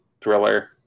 thriller